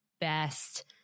best